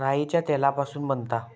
राईच्या तेलापासून बनता